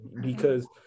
because-